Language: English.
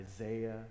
Isaiah